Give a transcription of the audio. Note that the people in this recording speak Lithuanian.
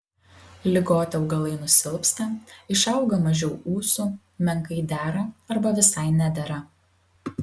ligoti augalai nusilpsta išauga mažiau ūsų menkai dera arba visai nedera